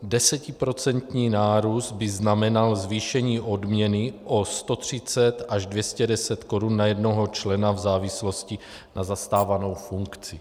Desetiprocentní nárůst by znamenal zvýšení odměny o 130 až 210 korun na jednoho člena v závislosti na zastávané funkci.